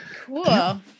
Cool